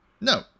No